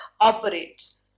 operates